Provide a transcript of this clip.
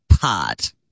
pot